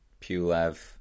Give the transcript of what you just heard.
Pulev